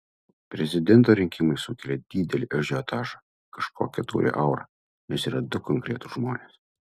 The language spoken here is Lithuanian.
prezidento rinkimai sukelia didelį ažiotažą kažkokią turi aurą nes yra du konkretūs žmonės